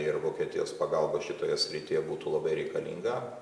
ir vokietijos pagalba šitoje srityje būtų labai reikalinga